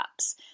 apps